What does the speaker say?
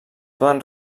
poden